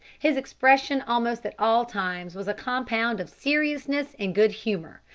his expression almost at all times was a compound of seriousness and good-humour.